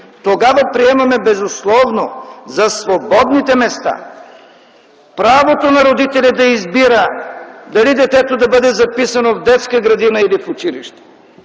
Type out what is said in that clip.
тогава приемаме безусловно за свободните места правото на родителя да избира дали детето да бъде записано в детска градина или в училище.